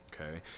Okay